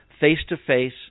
face-to-face